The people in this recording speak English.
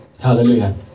Hallelujah